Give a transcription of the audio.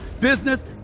business